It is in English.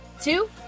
two